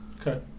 Okay